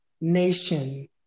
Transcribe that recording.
nation